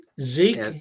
Zeke